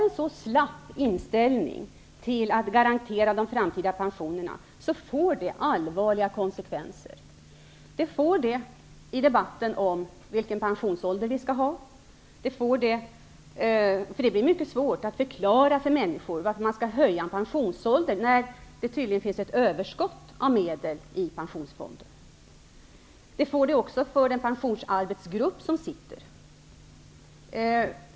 En så slapp inställning till att garantera de framtida pensionerna får allvarliga konsekvenser för debatten om vilken pensionsålder vi skall ha -- det blir mycket svårt att förklara för människor varför man skall höja pensionsåldern när det tydligen finns ett överskott av medel i pensionsfonden. Den får också konsekvenser för pensionsarbetsgruppens arbete.